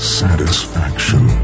satisfaction